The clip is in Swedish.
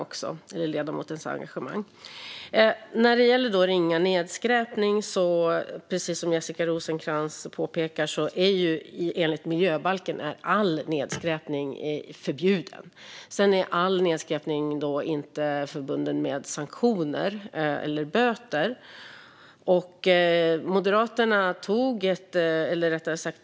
Precis som Jessica Rosencrantz påpekade i fråga om ringa nedskräpning är all nedskräpning förbjuden enligt miljöbalken. Sedan är inte all nedskräpning förbunden med sanktioner eller böter.